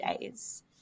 days